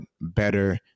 better